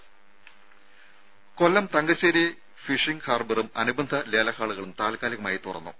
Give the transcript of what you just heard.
രും കൊല്ലം തങ്കശ്ശേരി ഫിഷിങ് ഹാർബറും അനുബന്ധ ലേലഹാളുകളും താൽക്കാലികമായി തുറന്നു